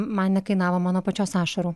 man nekainavo mano pačios ašarų